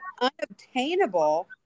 unobtainable